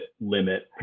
limit